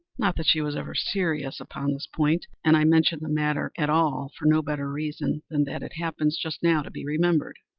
not that she was ever serious upon this point and i mention the matter at all for no better reason than that it happens, just now, to be remembered.